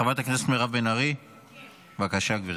חברת הכנסת מירב בן ארי, בבקשה, גברתי.